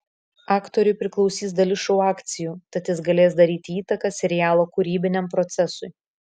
aktoriui priklausys dalis šou akcijų tad jis galės daryti įtaką serialo kūrybiniam procesui